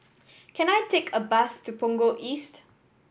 can I take a bus to Punggol East